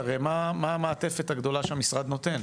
מה המעטפת הגדולה שהמשרד נותן?